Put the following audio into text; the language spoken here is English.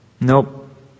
nope